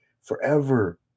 forever